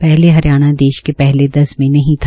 पहले हरियाणा देश के पहले दस में नहीं था